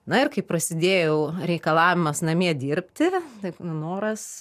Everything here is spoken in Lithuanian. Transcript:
na ir kai prasidėjo jau reikalavimas namie dirbti taip noras